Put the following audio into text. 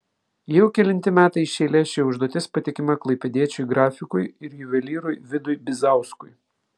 jau kelinti metai iš eilės ši užduotis patikima klaipėdiečiui grafikui ir juvelyrui vidui bizauskui